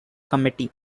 committee